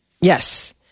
Yes